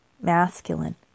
Masculine